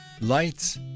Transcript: Lights